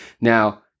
Now